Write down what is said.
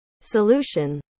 solution